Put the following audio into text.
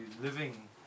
living